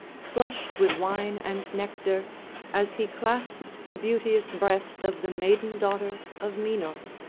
flushed with wine and nectar as he clasped the beauteous breast of the maiden-daughter of minos,